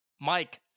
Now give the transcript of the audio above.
Mike